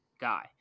guy